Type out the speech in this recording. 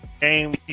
game